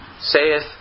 saith